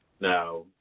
Now